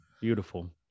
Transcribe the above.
Beautiful